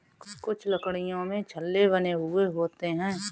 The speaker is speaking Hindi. कुछ लकड़ियों में छल्ले बने हुए होते हैं